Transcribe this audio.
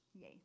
Yay